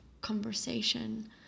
conversation